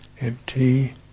empty